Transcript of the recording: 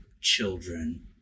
children